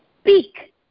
speak